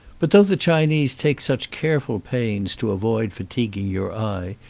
but though the chinese take such careful pains to avoid fatiguing your eye,